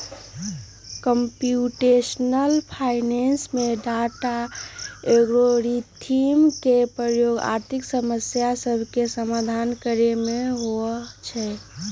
computational finance में data, algorithm के प्रयोग आर्थिक समस्या सभके समाधान करे में होइ छै